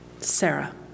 Sarah